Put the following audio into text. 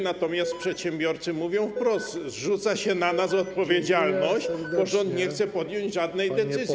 Natomiast przedsiębiorcy mówią wprost: zrzuca się na nas odpowiedzialność, bo rząd nie chce podjąć żadnej decyzji.